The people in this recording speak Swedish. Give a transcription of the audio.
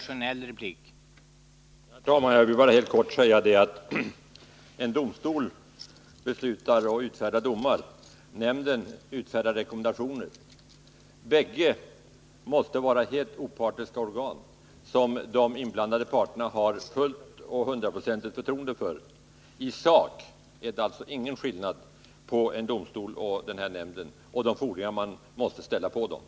Herr talman! Jag vill bara helt kort säga att en domstol beslutar och utfärdar domar, medan allmänna reklamationsnämnden utfärdar rekommendationer. Bägge måste vara helt opartiska organ, som inblandade parter kan ha fullt och hundraprocentigt förtroende för. I sak är det alltså ingen skillnad mellan en domstol och den här nämnden när det gäller de fordringar som man måste kunna ställa på dessa.